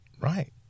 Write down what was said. Right